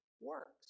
works